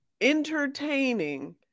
entertaining